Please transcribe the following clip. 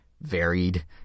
varied